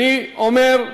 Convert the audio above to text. אני אומר,